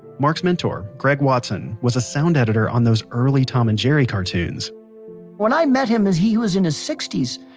mark's mentor greg watson was a sound editor on those early tom and jerry cartoons when i met him, he was in his sixty s,